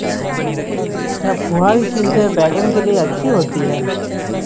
क्या फुहारी सिंचाई बैगन के लिए अच्छी होती है?